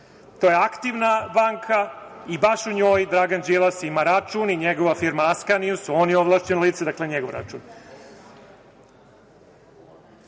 To je aktivna banka i baš u njoj Dragan Đilas ima račun i njegova firma „Askanijus“, on je ovlašćeno lice, dakle, njegov račun. Šta